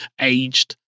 aged